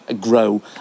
grow